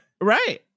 right